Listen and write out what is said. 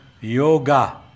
yoga